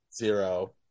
zero